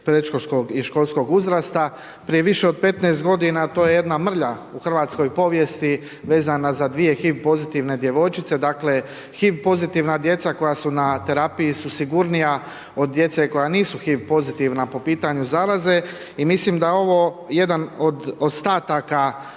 predškolskog i školskog uzrasta, prije više od 15 godina to je jedna mrlja u hrvatskoj povijesti vezano za dvije HIV pozitivne djevojčice. Dakle, HIV pozitivna djeca koja su na terapiji su sigurnija od djece koja nisu HIV pozitivna po pitanju zaraze i mislim da ovo jedan od ostataka